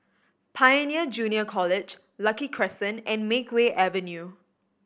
Pioneer Junior College Lucky Crescent and Makeway Avenue